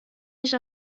nicht